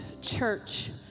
Church